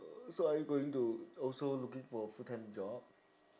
so are you going to also looking for full time job